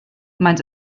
maent